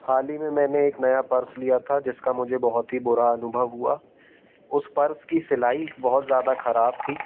हाल ही में मैंने एक नया पर्स लिया था जिसका मुझे बहुत ही बुरा अनुभव हुआ उस पर्स की सिलाई बहुत ज़्यादा ख़राब थी